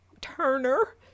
turner